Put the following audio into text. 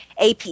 AP